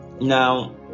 now